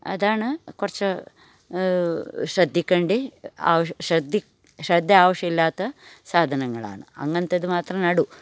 അതാണ് കുറച്ച് ശ്രദ്ധിക്കേണ്ടി ശ്രദ്ധ ആവശ്യമില്ലാത്ത സാധനങ്ങളാണ് അങ്ങനത്തേത് മാത്രമേ നടു